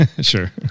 Sure